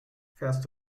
fährst